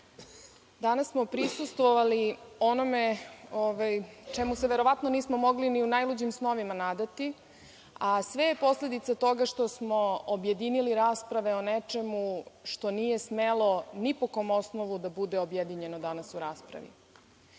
danas smo prisustvovali onome čemu se verovatno nismo mogli ni u najluđim snovima nadati, a sve je posledica toga što smo objedinili rasprave o nečemu što nije smelo ni po kom osnovu da bude objedinjeno danas u raspravi. Ja